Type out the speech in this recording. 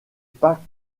pas